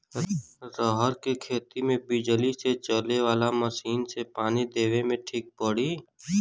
रहर के खेती मे बिजली से चले वाला मसीन से पानी देवे मे ठीक पड़ी?